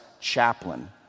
chaplain